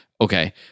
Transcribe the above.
okay